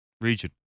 region